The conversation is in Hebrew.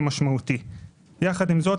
עם זאת,